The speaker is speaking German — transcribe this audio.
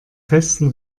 festen